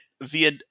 via